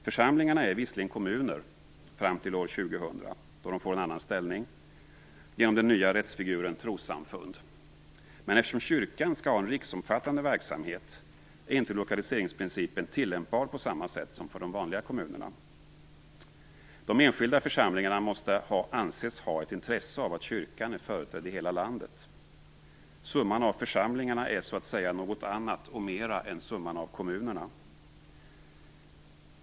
Församlingarna är visserligen kommuner fram till år 2000, då de får en annan ställning genom den nya rättsfiguren trossamfund, men eftersom kyrkan skall ha en riksomfattande verksamhet är lokaliseringsprincipen inte tillämpbar på samma sätt som för de vanliga kommunerna. De enskilda församlingarna måste anses ha ett intresse av att kyrkan är företrädd i hela landet. Summan av församlingarna är något annat och mera än summan av kommunerna.